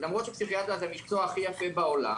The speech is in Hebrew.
למרות שפסיכיאטריה זה המקצוע הכי יפה בעולם,